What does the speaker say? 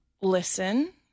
listen